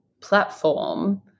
platform